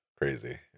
crazy